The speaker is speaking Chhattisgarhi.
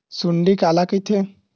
सुंडी काला कइथे?